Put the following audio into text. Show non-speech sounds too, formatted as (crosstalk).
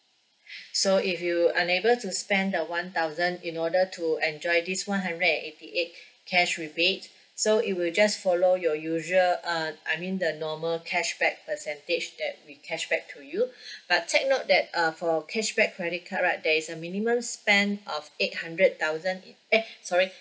(breath) so if you unable to spend the one thousand in order to enjoy this one hundred and eighty eight (breath) cash rebate so it will just follow your usual uh I mean the normal cashback percentage that we cashback to you (breath) but take note that uh for cashback credit card right there is a minimum spent of eight hundred thousand in eh (breath) sorry (breath)